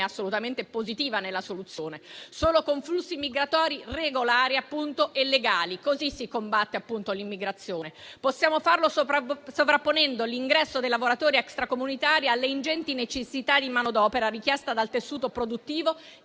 assolutamente positiva. Lo si fa solo con flussi migratori regolari e legali. Così si combatte l'immigrazione. Possiamo farlo sovrapponendo l'ingresso dei lavoratori extracomunitari alle ingenti necessità di manodopera richiesta dal tessuto produttivo